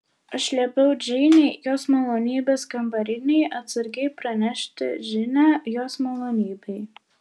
aš liepiau džeinei jos malonybės kambarinei atsargiai pranešti žinią jos malonybei